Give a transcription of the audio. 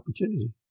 opportunity